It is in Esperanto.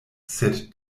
sed